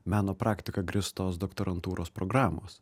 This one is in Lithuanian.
meno praktika grįstos doktorantūros programos